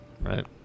Right